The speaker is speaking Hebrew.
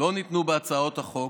לא ניתנה בהצעות החוק